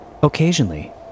Occasionally